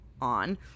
on